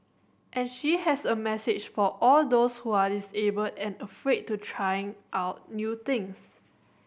and she has a message for all those who are disabled and afraid to trying out new things